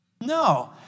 No